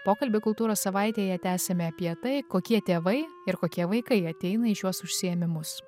pokalbį kultūros savaitėje tęsiame apie tai kokie tėvai ir kokie vaikai ateina į šiuos užsiėmimus